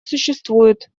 существует